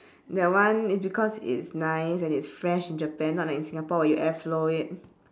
that one is because it's nice and it's fresh in japan not like in singapore you airflow it